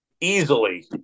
easily